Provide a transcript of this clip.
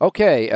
Okay